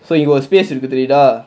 so இங்க:inga space இருக்குதுல:irukkuthula